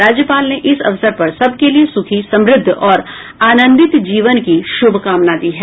राज्यपाल ने इस अवसर पर सबके लिए सुखी समृद्ध और आनन्दित जीवन की शुभकामना दी है